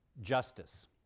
Justice